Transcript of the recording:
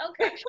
Okay